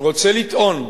רוצה לטעון שהמומחים,